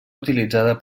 utilitzada